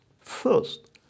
First